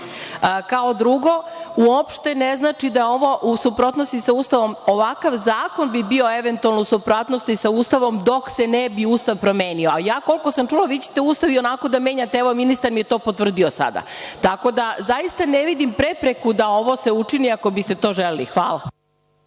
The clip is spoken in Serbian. nas. Kao drugo, uopšte ne znači da je ovo u suprotnosti sa Ustavom. Ovakav zakon bi bio u suprotnosti sa Ustavom dok se Ustav ne bi promenio. Koliko sam čula, vi ćete Ustav ionako da menjate. Evo, ministar mi je to potvrdio sada, tako da ne vidim prepreku da ovo se učini ako bi ste to želeli. Hvala.